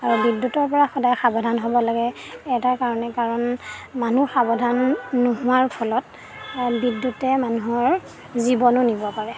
আৰু বিদ্যুতৰপৰা সদায় সাৱধান হ'ব লাগে এটা কাৰণেই কাৰণ মানুহ সাৱধান নোহোৱাৰ ফলত বিদ্যুতে মানুহৰ জীৱনো নিব পাৰে